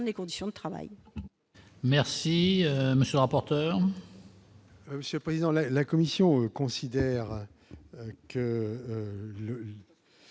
les conditions de travail.